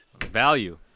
Value